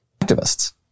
Activists